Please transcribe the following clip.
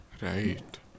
Right